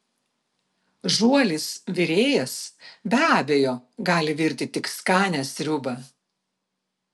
žuolis virėjas be abejo gali virti tik skanią sriubą